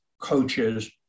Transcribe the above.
coaches